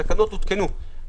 התקנות הותקנו.